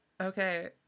Okay